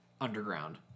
underground